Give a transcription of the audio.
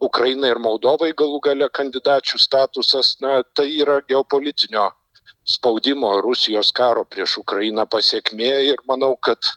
ukrainai ir moldovai galų gale kandidačių statusas na tai yra geopolitinio spaudimo rusijos karo prieš ukrainą pasekmė ir manau kad